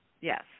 Yes